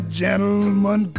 gentleman